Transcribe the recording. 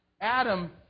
Adam